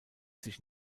sich